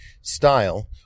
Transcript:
style